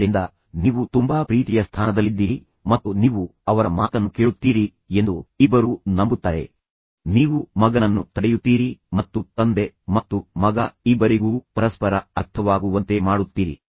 ಆದ್ದರಿಂದ ನೀವು ತುಂಬಾ ಪ್ರೀತಿಯ ಸ್ಥಾನದಲ್ಲಿದ್ದೀರಿ ಮತ್ತು ನೀವು ಅವರ ಮಾತನ್ನು ಕೇಳುತ್ತೀರಿ ಎಂದು ಇಬ್ಬರೂ ನಂಬುತ್ತಾರೆ ನೀವು ಅವನನ್ನು ವಿಶೇಷವಾಗಿ ಮಗನನ್ನು ತಡೆಯುತ್ತೀರಿ ಮತ್ತು ತಂದೆ ಮತ್ತು ಮಗ ಇಬ್ಬರಿಗೂ ಪರಸ್ಪರ ಅರ್ಥವಾಗುವಂತೆ ಮಾಡುತ್ತೀರಿ